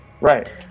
Right